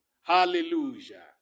Hallelujah